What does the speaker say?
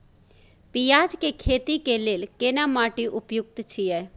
पियाज के खेती के लेल केना माटी उपयुक्त छियै?